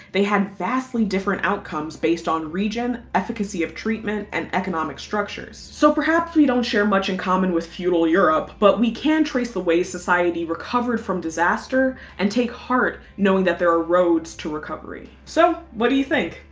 they had vastly different outcomes based on region, efficacy of treatment, and economic structures. so perhaps we don't share much in common with feudal europe, but we can trace the ways society recovered from disaster and take heart knowing that there are roads to recovery. so what do you think?